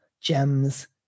gems